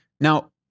Now